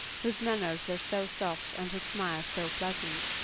whose manners were so soft and whose smile so pleasant.